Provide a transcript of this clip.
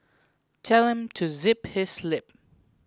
tell him to zip his lip